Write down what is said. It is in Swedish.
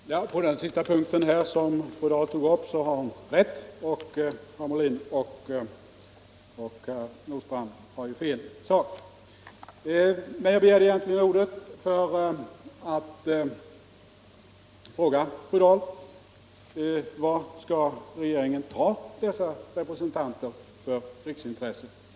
Fru talman! På den senaste punkt som fru Dahl tog upp har hon rätt, medan herrar Molin och Nordstrandh har fel i sak. Jag begärde egentligen ordet för att fråga fru Dahl: Var skall regeringen ta dessa representanter för riksintresset?